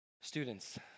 students